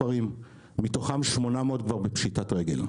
ומתוכם 800 כבר בפשיטת רגל.